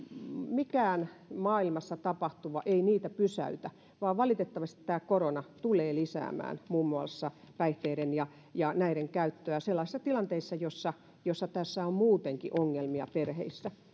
mikään maailmassa tapahtuva pysäytä vaan valitettavasti tämä korona tulee lisäämään muun muassa päihteiden ja ja näiden käyttöä sellaisissa tilanteissa joissa on muutenkin ongelmia perheissä